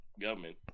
government